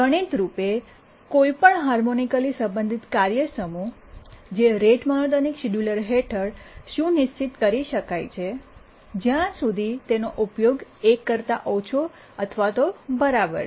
ગણિતરૂપે કોઈપણ હાર્મોનિકલી સંબંધિત કાર્ય સમૂહ જે રેટ મોનોટોનિક શિડ્યુલર હેઠળ સુનિશ્ચિત કરી શકાય છે જ્યાં સુધી તેનો ઉપયોગ એક કરતા ઓછો અથવા બરાબર છે